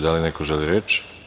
Da li neko želi reč?